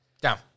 Down